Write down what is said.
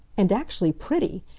and actually pretty!